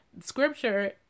scripture